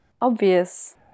Obvious